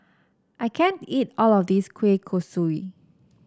I can't eat all of this Kueh Kosui